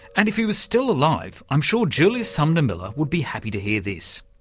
and if he was still alive i'm sure julius sumner miller would be happy to hear this.